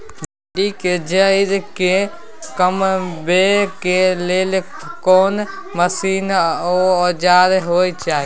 भिंडी के जईर के कमबै के लेल कोन मसीन व औजार होय छै?